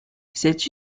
cette